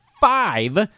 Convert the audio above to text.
five